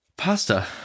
Pasta